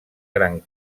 gran